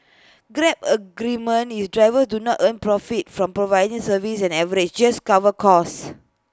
grab's agreement is drivers do not earn profits from providing service and on average just covers costs